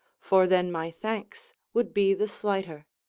for then my thanks would be the slighter.